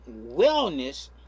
wellness